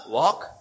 walk